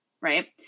right